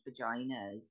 vaginas